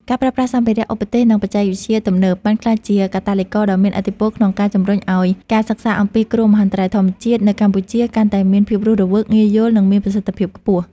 ការប្រើប្រាស់សម្ភារ:ឧបទេស និងបច្ចេកវិទ្យាទំនើប បានក្លាយជាកាតាលីករដ៏មានឥទ្ធិពលក្នុងការជំរុញឱ្យការសិក្សាអំពីគ្រោះមហន្តរាយធម្មជាតិនៅកម្ពុជា កាន់តែមានភាពរស់រវើក ងាយយល់ និងមានប្រសិទ្ធភាពខ្ពស់។